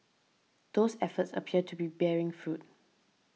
those efforts appear to be bearing fruit